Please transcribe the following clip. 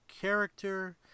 character